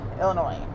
Illinois